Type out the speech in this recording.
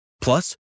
Plus